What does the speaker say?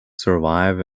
survive